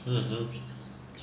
mmhmm